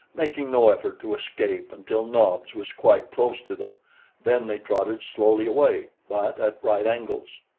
making no effort to escape until nobs was quite close to them then they trotted slowly away, but at right angles.